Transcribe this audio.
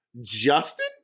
Justin